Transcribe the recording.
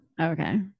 Okay